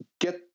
Get